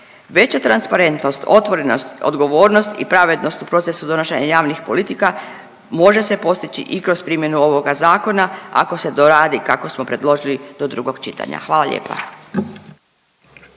Veća transparentnost, otvorenost, odgovornost i pravednost u procesu donošenja javnih politika može se postići i kroz primjenu ovoga zakona, ako se doradi kako smo predložili do drugog čitanja. Hvala lijepa.